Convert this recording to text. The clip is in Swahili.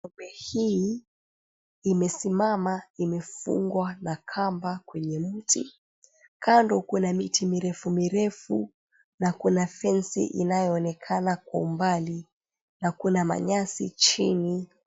Ng'ombe hii imesimama imefungwa na kamba kwenye mti. Kando kuna miti mirefu mirefu, na kuna fensi inayoonekana kwa umbali, na kuna manyasi chini.